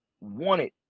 wanted